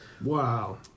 Wow